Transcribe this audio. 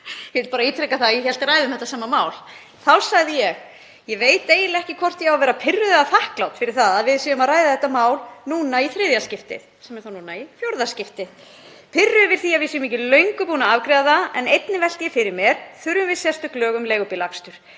Ég vil bara ítreka að ég hélt ræðu um þetta sama mál. Þá sagði ég: Ég veit eiginlega ekki hvort ég á að vera pirruð eða þakklát fyrir að við séum að ræða þetta mál núna í þriðja skiptið, — sem er þá núna í fjórða skiptið — pirruð yfir því að við séum ekki löngu búin að afgreiða það. En einnig velti ég fyrir mér: Þurfum við sérstök lög um leigubílaakstur?